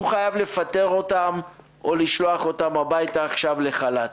הוא חייב לפטר אותן או לשלוח אותן הביתה לחל"ת.